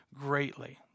greatly